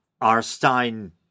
Arstein